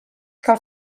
cal